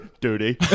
duty